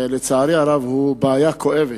לצערי הרב, הוא בעיה כואבת,